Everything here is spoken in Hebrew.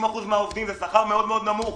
90% מהעובדים בשכר מאוד-מאוד נמוך.